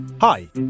Hi